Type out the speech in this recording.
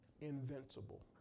invincible